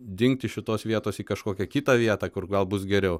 dingti iš šitos vietos į kažkokią kitą vietą kur gal bus geriau